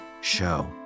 show